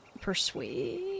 persuade